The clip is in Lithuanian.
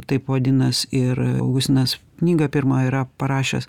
taip vadinas ir augustinas knygą pirmą yra parašęs